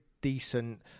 decent